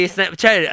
Snapchat